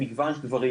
למגוון דברים,